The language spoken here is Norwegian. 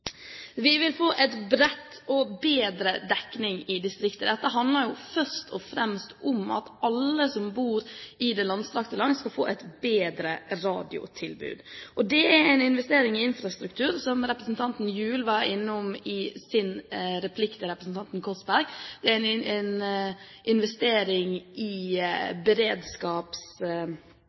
Vi vil få en bred og bedre dekning i distriktet. Dette handler først og fremst om at alle som bor i det langstrakte landet, skal få et bedre radiotilbud. Det er, som representanten Gjul var innom i sin replikk til representanten Korsberg, en investering i infrastrukturen, en investering i beredskapsnettet og en investering i